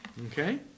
Okay